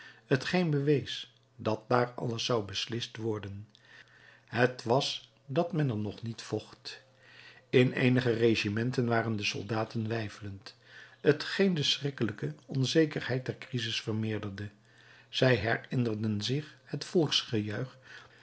t geen bewees dat daar alles zou beslist worden het was dat men er nog niet vocht in eenige regimenten waren de soldaten weifelend t geen de schrikkelijke onzekerheid der crisis vermeerderde zij herinnerden zich het